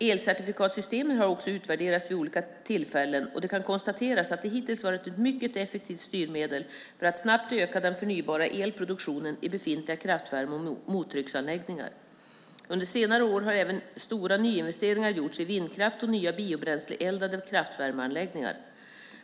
Elcertifikatssystemet har också utvärderats vid olika tillfällen, och det kan konstateras att det hittills varit ett mycket effektivt styrmedel för att snabbt öka den förnybara elproduktionen i befintliga kraftvärme och mottrycksanläggningar. Under senare år har även stora nyinvesteringar gjorts i vindkraft och nya biobränsleeldade kraftvärmeanläggningar.